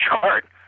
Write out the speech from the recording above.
chart